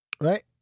right